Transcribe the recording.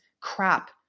crap